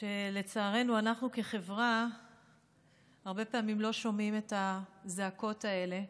שלצערנו אנחנו כחברה הרבה פעמים לא שומעים את הזעקות האלה.